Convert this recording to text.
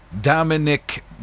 Dominic